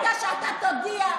סעדה, ברגע שאתה תודיע,